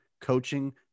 coaching